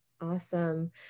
Awesome